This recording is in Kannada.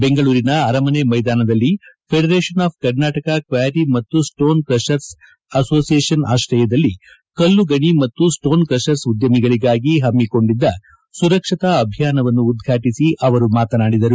ಬೆಂಗಳೂರಿನ ಅರಮನೆ ಮೈದಾನದಲ್ಲಿ ಫೆಡರೇಶನ್ ಆಫ್ ಕರ್ನಾಟಕ ಕ್ವಾರಿ ಮತ್ತು ಸ್ಟೋನ್ ಕ್ರಷರ್ಸ್ ಅಸೋಸಿಯೇಷನ್ ಆಶ್ರಯದಲ್ಲಿ ಕಲ್ಲು ಗಣಿ ಮತ್ತು ಸ್ದೋನ್ ಕ್ರಷರ್ಸ ಉದ್ಕಮಿಗಳಗಾಗಿ ಪಮ್ಮಿಕೊಂಡಿದ್ದ ಸುರಕ್ಷತಾ ಅಭಿಯಾನವನ್ನು ಉದ್ಘಾಟಿಸಿ ಅವರು ಮಾತನಾಡಿದರು